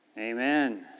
Amen